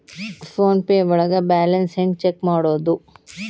Phone pay ಒಳಗ balance ಹೆಂಗ್ check ಮಾಡುವುದು?